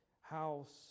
house